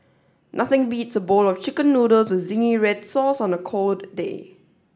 nothing beats a bowl of chicken noodles with zingy red sauce on a cold day